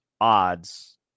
odds